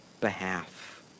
behalf